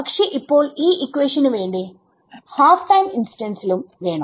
പക്ഷെ ഇപ്പോൾ ഈ ഇക്വേഷന് വേണ്ടി ഹാഫ് ടൈം ഇൻസ്റ്റൻസിലും വേണം